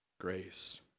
grace